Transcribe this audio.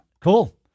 Cool